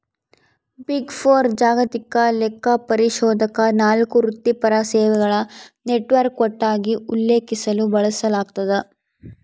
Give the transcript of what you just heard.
big four ಜಾಗತಿಕ ಲೆಕ್ಕಪರಿಶೋಧಕ ನಾಲ್ಕು ವೃತ್ತಿಪರ ಸೇವೆಗಳ ನೆಟ್ವರ್ಕ್ ಒಟ್ಟಾಗಿ ಉಲ್ಲೇಖಿಸಲು ಬಳಸಲಾಗ್ತದ